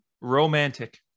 romantic